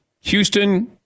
Houston